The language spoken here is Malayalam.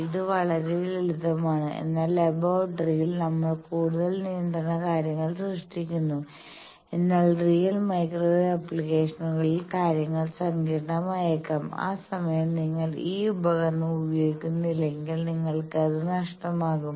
ഇത് വളരെ ലളിതമാണ് എന്നാൽ ലബോറട്ടറിയിൽ നമ്മൾ കൂടുതൽ നിയന്ത്രണ കാര്യങ്ങൾ സൃഷ്ടിക്കുന്നു എന്നാൽ റിയൽ മൈക്രോവേവ് ആപ്ലിക്കേഷനുകളിൽ കാര്യങ്ങൾ സങ്കീർണ്ണമായേക്കാം ആ സമയം നിങ്ങൾ ഈ ഉപകരണം ഉപയോഗിക്കുന്നില്ലെങ്കിൽ നിങ്ങൾക്ക് അത് നഷ്ടമാകും